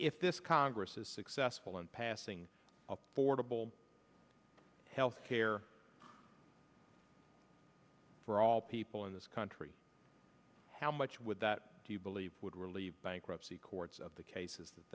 if this congress is successful in passing up fordable health care for all people in this country how much would that do you believe would relieve bankruptcy courts of the cases that